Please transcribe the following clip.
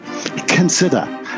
consider